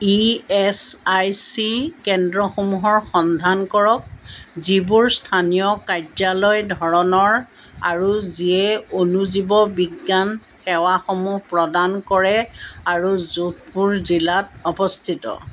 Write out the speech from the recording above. E S I C কেন্দ্ৰসমূহৰ সন্ধান কৰক যিবোৰ স্থানীয় কাৰ্যালয় ধৰণৰ আৰু যিয়ে অণুজীৱবিজ্ঞান সেৱাসমূহ প্ৰদান কৰে আৰু যোধপুৰ জিলাত অৱস্থিত